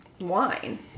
wine